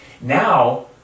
Now